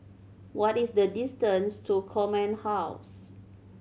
what is the distance to Command House